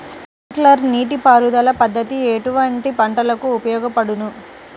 Sprinkler నీటిపారుదల పద్దతి ఎటువంటి పంటలకు ఉపయోగపడును?